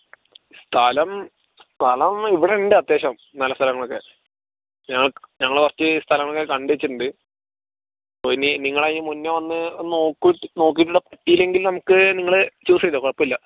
സ്ഥലം സ്ഥലം ഇവിടെ ഉണ്ട് അത്യാവശ്യം നല്ല സ്ഥലങ്ങളൊക്കെ ഞങ്ങ് ഞങ്ങൾ കുറച്ച് സ്ഥലങ്ങളൊക്കെ കണ്ട് വെച്ചിട്ടുണ്ട് അപ്പോൾ ഇനി നിങ്ങൾ അതിനു മുന്നേ വന്ന് ഒന്ന് നോക്കൂ നോക്കിയിട്ട് പറ്റിയില്ലെങ്കിൽ നമുക്ക് നിങ്ങൾ ചൂസ് ചെയ്തോ കുഴപ്പം ഇല്ല